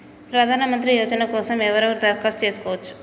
ప్రధానమంత్రి యోజన కోసం ఎవరెవరు దరఖాస్తు చేసుకోవచ్చు?